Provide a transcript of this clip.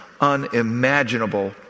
unimaginable